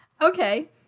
Okay